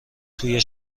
توی